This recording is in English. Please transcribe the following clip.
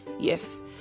yes